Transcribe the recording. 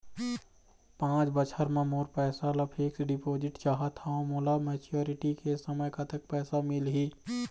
पांच बछर बर मोर पैसा ला फिक्स डिपोजिट चाहत हंव, मोला मैच्योरिटी के समय कतेक पैसा मिल ही?